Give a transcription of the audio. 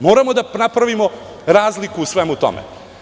Moramo da napravimo razliku u svemu tome.